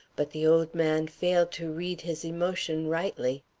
but the old man failed to read his emotion rightly.